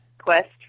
quest